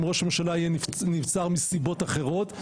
ראש הממשלה יהיה נבצר מסיבות אחרות,